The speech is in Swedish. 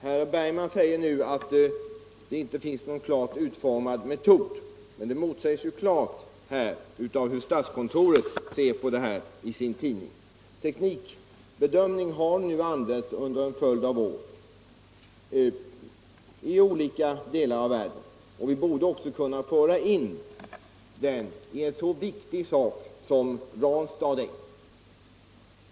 Herr Bergman i Göteborg påstår nu att det inte finns någon klart uttalad metod. Detta motsägs klart av hur statskontoret ser på detta. Teknikbedömning har använts under en följd av år i olika delar av världen, och vi borde också kunna föra in den metoden i en så viktig sak som Ranstad.